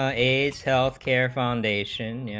ah ie is healthcare foundation yeah